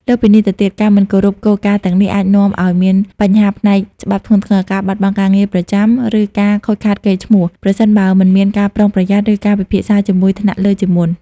លើសពីនេះទៅទៀត ការមិនគោរពគោលការណ៍ទាំងនេះអាចនាំឱ្យមានបញ្ហាផ្នែកច្បាប់ធ្ងន់ធ្ងរ ការបាត់បង់ការងារប្រចាំ ឬការខូចខាតកេរ្តិ៍ឈ្មោះ ប្រសិនបើមិនមានការប្រុងប្រយ័ត្ន ឬការពិភាក្សាជាមួយថ្នាក់លើជាមុន។